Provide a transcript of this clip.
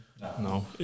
No